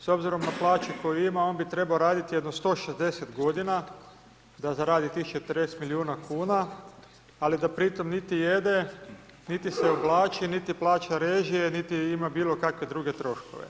s obzirom na plaću ima, on bi trebao raditi jedno 160.g. da zaradi tih 40 milijuna kuna, ali da pri tom niti jede, niti se oblači, niti plaća režije, niti ima bilo kakve druge troškove.